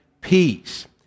peace